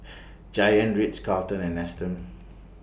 Giant Ritz Carlton and Nestum